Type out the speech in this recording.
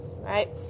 Right